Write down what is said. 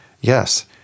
Yes